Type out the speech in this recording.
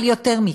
אבל יותר מכך,